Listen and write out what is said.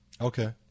Okay